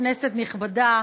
כנסת נכבדה,